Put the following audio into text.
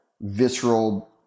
visceral